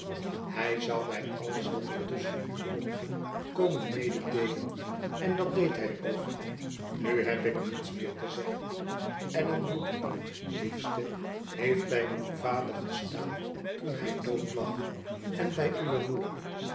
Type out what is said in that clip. hij zou mij alles wat er tusschen u omging komen mededeelen en dat deed hij ook nu heb ik niets meer te zeggen allan woodcourt liefste heeft bij uw vader gestaan toen hij dood lag en bij uwe moeder